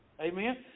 Amen